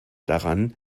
daran